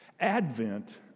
Advent